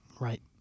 Right